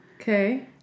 Okay